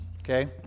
Okay